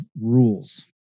rules